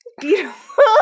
Beautiful